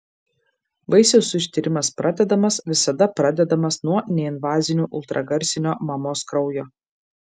vaisiaus ištyrimas pradedamas visada pradedamas nuo neinvazinių ultragarsinio mamos kraujo